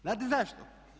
Znate zašto?